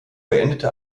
beendete